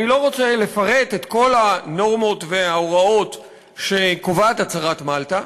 אני לא רוצה לפרט את כל הנורמות וההוראות שקובעת הצהרת מלטה.